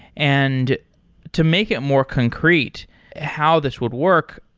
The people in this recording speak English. and to make it more concrete how this would work,